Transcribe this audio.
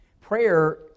Prayer